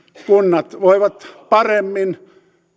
kunnat voivat paremmin